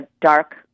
dark